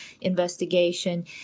investigation